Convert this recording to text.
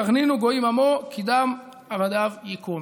"הרנינו גוים עמו כי דם עבדיו יקום".